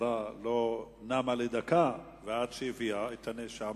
שהמשטרה לא נמה לדקה עד שהיא הביאה את הנאשם.